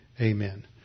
Amen